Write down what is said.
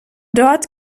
dort